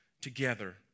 together